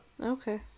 okay